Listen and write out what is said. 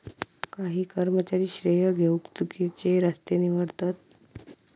काही कर्मचारी श्रेय घेउक चुकिचे रस्ते निवडतत